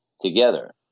together